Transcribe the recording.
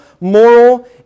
moral